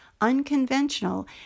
unconventional